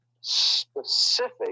specific